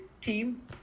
team